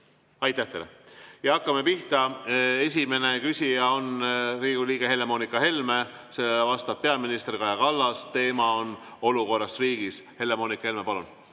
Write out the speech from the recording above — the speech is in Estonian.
Aitäh teile! Hakkame pihta. Esimene küsija on Riigikogu liige Helle‑Moonika Helme, vastab peaminister Kaja Kallas ja teema on olukord riigis. Helle‑Moonika Helme, palun!